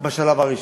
בשלב הראשון: